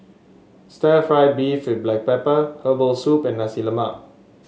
Stir Fried Beef with Black Pepper Herbal Soup and Nasi Lemak